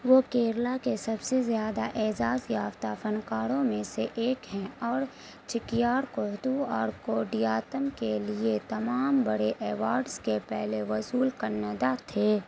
وہ کیرلہ کے سب سے زیادہ اعزاز یافتہ فنکاروں میں سے ایک ہیں اور چکیار کوتھو اور کوڈیاتم کے لیے تمام بڑے ایوارڈس کے پہلے وصول کندہ تھے